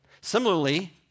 Similarly